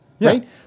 Right